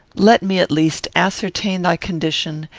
let me, at least, ascertain thy condition,